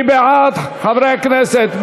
מי בעד, חברי הכנסת?